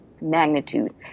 magnitude